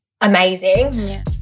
amazing